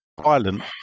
Violent